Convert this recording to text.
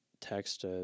text